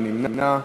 מי נמנע?